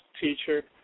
teacher